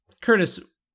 Curtis